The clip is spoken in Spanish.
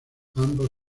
ambos